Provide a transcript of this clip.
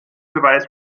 beweis